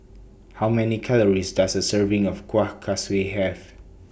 How Many Calories Does A Serving of Kueh Kaswi Have